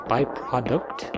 Byproduct